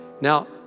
Now